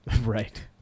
right